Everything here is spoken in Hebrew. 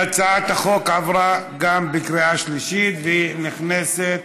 הצעת החוק עברה גם בקריאה שלישית, והיא נכנסת